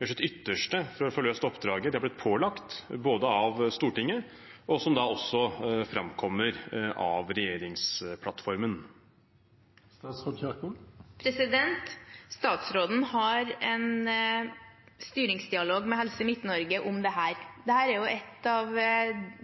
gjør sitt ytterste for å få løst oppdraget de er blitt pålagt av Stortinget, og som også framkommer av regjeringsplattformen. Statsråden har en styringsdialog med Helse Midt-Norge om dette. Det er en av de utfordringene i spesialisthelsetjenesten som også er